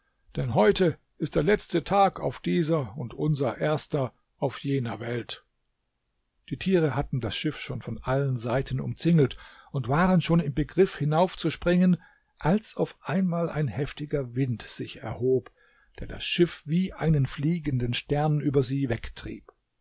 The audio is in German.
denn heute ist der letzte tage auf dieser und unser erster auf jener welt die tiere hatten das schiff schon von allen seiten umzingelt und waren schon im begriff hinaufzuspringen als auf einmal ein heftiger wind sich erhob der das schiff wie einen fliegenden stern über sie wegtrieb